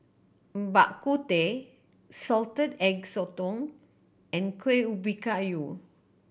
Bak Kut Teh Salted Egg Sotong and Kuih Ubi Kayu